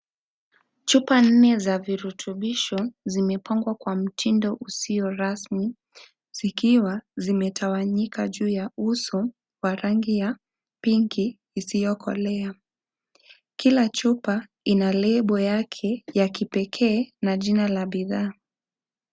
Chupa nne za virutubisho zimepangwa kwa mtindo usio rasmi zikiwa zimetawanyika juu ya uso wa rangi ya pinki iliyokolea . Kila chupa ina lebo yake ya kipekee na jina la bidhaa.